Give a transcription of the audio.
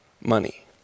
money